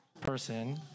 person